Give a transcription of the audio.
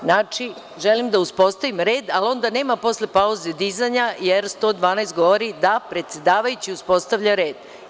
Znači, želim da uspostavim red, ali onda nema posle pauze dizanja, jer član 112. govori da predsedavajući uspostavlja red.